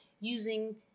using